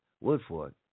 Woodford